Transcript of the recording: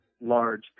large